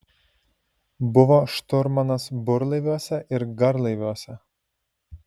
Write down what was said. buvo šturmanas burlaiviuose ir garlaiviuose